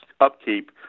upkeep